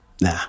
Nah